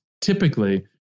typically